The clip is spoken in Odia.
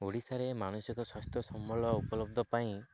ଓଡ଼ିଶାରେ ମାନସିକ ସ୍ୱାସ୍ଥ୍ୟ ସମ୍ବଳ ଉପଲବ୍ଧ ପାଇଁ